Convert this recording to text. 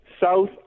South